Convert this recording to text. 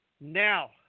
Now